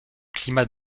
climat